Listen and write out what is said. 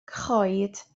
choed